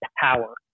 power